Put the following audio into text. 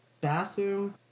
bathroom